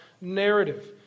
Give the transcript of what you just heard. narrative